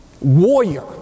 warrior